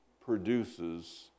produces